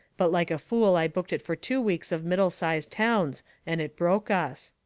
but like a fool i booked it for two weeks of middle-sized towns and it broke us.